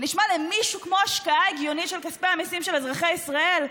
זה נשמע למישהו כמו השקעה הגיונית של כספי המיסים של אזרחי ישראל?